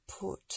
put